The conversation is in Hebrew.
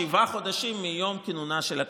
שבעה חודשים מיום כינונה של הכנסת.